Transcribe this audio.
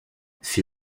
fit